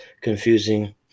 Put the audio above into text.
confusing